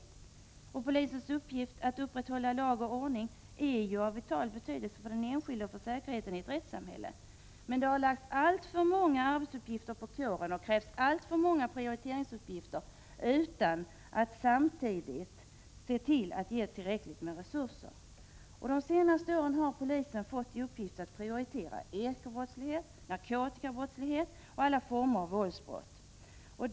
Det är ju polisens uppgift att upprätthålla lag och ordning, och denna uppgift är av vital betydelse både för den enskilde och för säkerheten i ett rättssamhälle. Det har lagts alltför många arbetsuppgifter på kåren och krävts alltför många prioriteringar utan att det samtidigt har getts tillräckligt med resurser. Under de senaste åren har polisen fått i uppgift att prioritera eko-brottslighet, narkotikabrottslighet och alla former av våldsbrott.